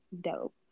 dope